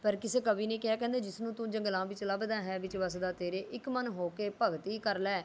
ਪਰ ਕਿਸੇ ਕਵੀ ਨੇ ਕਿਹਾ ਕਹਿੰਦੇ ਜਿਸ ਨੂੰ ਤੂੰ ਜੰਗਲਾਂ ਵਿੱਚ ਲੱਭਦਾ ਹੈ ਵਿੱਚ ਵਸਦਾ ਤੇਰੇ ਇੱਕ ਮਨ ਹੋ ਕੇ ਭਗਤੀ ਕਰ ਲੈ